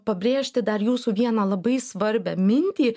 pabrėžti dar jūsų vieną labai svarbią mintį